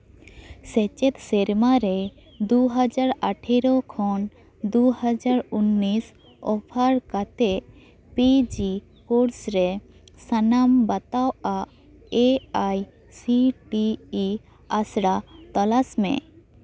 ᱥᱮᱪᱮᱫ ᱥᱮᱨᱢᱟ ᱨᱮ ᱫᱩ ᱦᱟᱡᱟᱨ ᱟᱴᱷᱮᱨᱳ ᱠᱷᱚᱱ ᱫᱩ ᱦᱟᱡᱟᱨ ᱩᱱᱤᱥ ᱚᱯᱷᱟᱨ ᱠᱟᱛᱮᱫ ᱯᱤ ᱡᱤ ᱠᱳᱨᱥ ᱨᱮ ᱥᱟᱱᱟᱢ ᱵᱟᱛᱟᱣᱟᱜ ᱮ ᱟᱭ ᱥᱤ ᱴᱤ ᱤ ᱟᱥᱲᱟ ᱛᱚᱞᱟᱥ ᱢᱮ